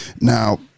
Now